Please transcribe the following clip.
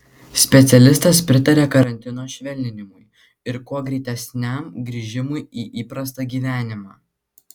specialistas pritaria karantino švelninimui ir kuo greitesniam grįžimui į įprastą gyvenimą